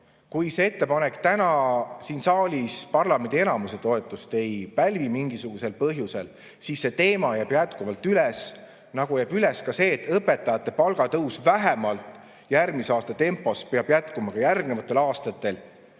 kui see ettepanek täna siin saalis parlamendi enamuse toetust mingisugusel põhjusel ei pälvi, siis see teema jääb jätkuvalt üles. Nagu jääb üles ka see, et õpetajate palga tõus vähemalt järgmise aasta tempos peab jätkuma ka järgnevatel aastatel,